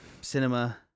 cinema